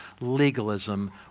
legalism